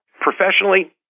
Professionally